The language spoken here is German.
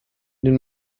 den